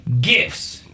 GIFTS